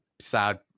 sad